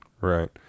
Right